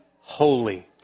holy